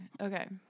Okay